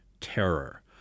terror